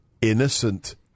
innocent